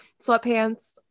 sweatpants